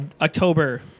October